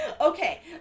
Okay